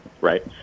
right